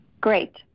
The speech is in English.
Great